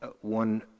one